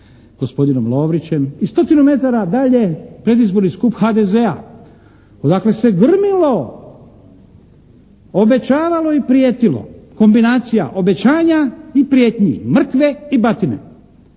gospodinom Lovrićem i stotinu metara dalje predizborni skup HDZ-a, odakle se grmilo, obećavalo i prijetilo. Kombinacija obećanja i prijetnji. Mrkve i batine.